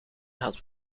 had